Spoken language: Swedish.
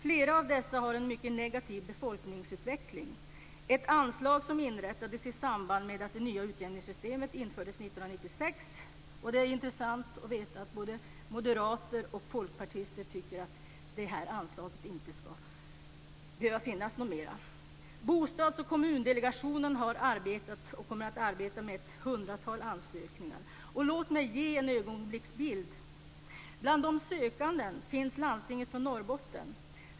Flera av dessa har en mycket negativ befolkningsutveckling. Anslaget inrättades i samband med att det nya utjämningssystemet infördes 1996. Det är intressant att veta att både moderater och folkpartister tycker att det här anslaget inte ska behöva finnas kvar. Bostads och kommundelegationen har arbetat och kommer att arbeta med ett hundratal ansökningar. Låt mig ge en ögonblicksbild. Bland de sökande finns landstinget i Norrbotten.